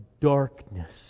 darkness